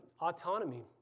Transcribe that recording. autonomy